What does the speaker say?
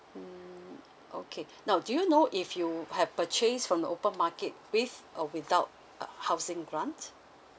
mm okay now do you know if you have purchased from the open market with or without uh housing grant